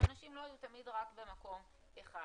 שאנשים לא יהיו תמיד רק במקום אחד.